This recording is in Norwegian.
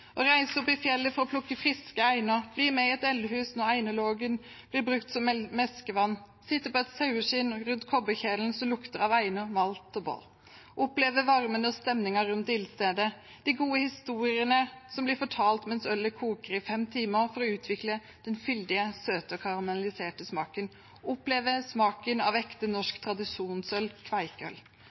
reise opp i fjellet for å plukke friske einer, bli med i et eldehus når einerlågen blir brukt som meskevann, sitte på et saueskinn rundt kobberkjelen som lukter av einer, malt og bål, oppleve varmen og stemningen rundt ildstedet, de gode historiene som blir fortalt mens ølet koker i fem timer for å utvikle den fyldige, søte og karamelliserte smaken, oppleve smaken av ekte norsk tradisjonsøl, kveikøl,